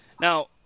Now